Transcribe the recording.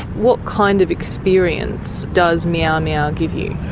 what kind of experience does meow meow give you?